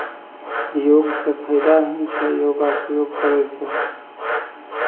योगसँ फाइदा ही छै योगाके प्रयोग करयसँ